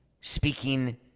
speaking